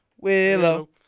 Willow